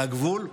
לגבול,